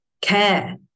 care